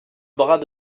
bras